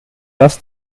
das